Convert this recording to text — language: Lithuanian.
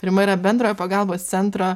rima yra bendrojo pagalbos centro